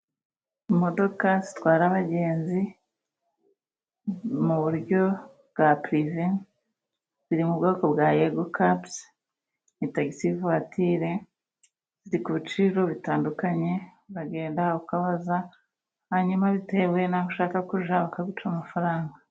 Imodoka zitwara abagenzi mu buryo bwa purive, ziri mu bwoko bwa Yegokazi ni tagisi vwatire, ziri ku biciro bitandukanye, uragenda ukabaza, hanyuma bitewe n' aho ushaka kujya bakaguca amafaranga.